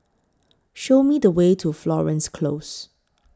Show Me The Way to Florence Close